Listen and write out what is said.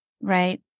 Right